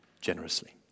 generously